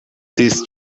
these